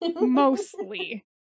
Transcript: mostly